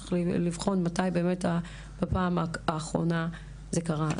צריך לבחון מתי באמת בפעם האחרונה זה קרה?